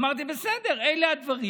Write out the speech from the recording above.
אמרתי: בסדר, אלה הדברים.